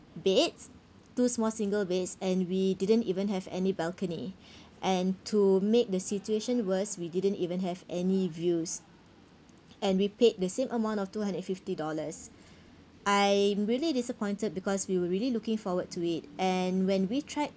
beds two small single beds and we didn't even have any balcony and to make the situation worse we didn't even have any views and we paid the same amount of two hundred fifty dollars I'm really disappointed because we were really looking forward to it and when we tried